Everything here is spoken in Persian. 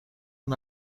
اون